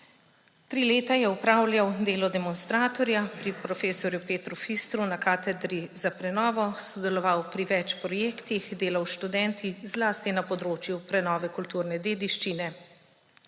Tri leta je opravljal delo demonstratorja pri profesorju Petru Fistru na Katedri za prenovo, sodeloval pri več projektih, delal s študenti zlasti na področju prenove kulturne dediščine.